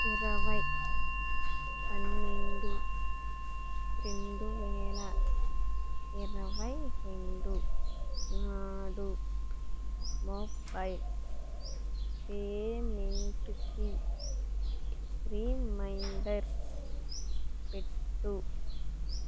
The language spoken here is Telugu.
ఇరవై పన్నెండు రెండు వేల ఇరవై రెండు నాడు మొబైల్ పేమెంటుకి రిమైండర్ పెట్టు